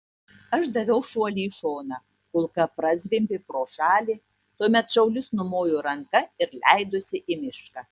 aš daviau šuolį į šoną kulka prazvimbė pro šalį tuomet šaulys numojo ranka ir leidosi į mišką